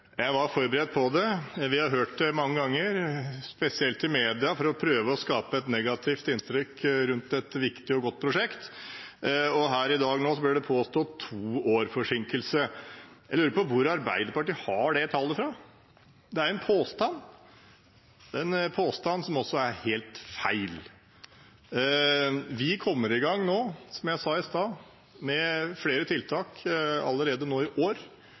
Jeg var forberedt på det. Vi har hørt dem mange ganger, spesielt i media, prøve å skape et negativt inntrykk rundt et viktig og godt prosjekt. Her i dag blir det påstått to års forsinkelse. Jeg lurer på hvor Arbeiderpartiet har det tallet fra. Det er en påstand – og det er en påstand som er helt feil. Vi kommer i gang nå, som jeg sa i stad, med flere tiltak allerede i år.